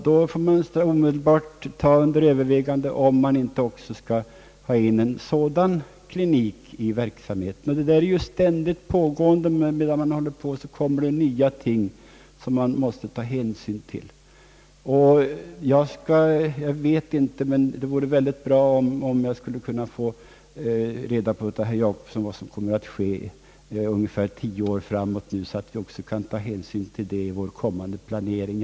Vi fick omedelbart ta under övervägande om vi inte också skulle ha en rehabiliteringsklinik. Ständigt är någonting nytt på gång — medan man håller på att planera kommer det nyheter som man måste ta hänsyn till. Det vore väldigt bra om jag skulle kunna få veta av herr Jacobsson vad som kommer att ske under t.ex. de närmaste tio åren, så att vi kan ta hänsyn till det i vår planering.